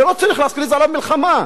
לא צריך להכריז עליו מלחמה.